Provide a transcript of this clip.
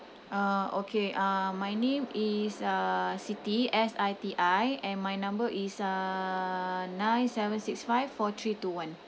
uh okay uh my name is uh siti S I T I and my number is uh nine seven six five four three two one